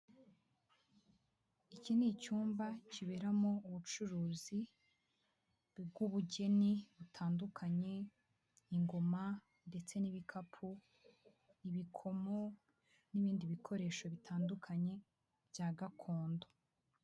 Iki ni icyumba kiberamo ubucuruzi bw'ubugeni butandukanye, ingoma ndetse n'ibikapu, ibikomo n'ibindi bikoresho bitandukanye bya gakondo.